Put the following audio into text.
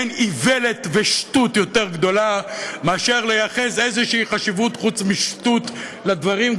אין איוולת ושטות יותר גדולה מאשר לייחס איזו חשיבות חוץ משטות לדברים,